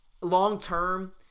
long-term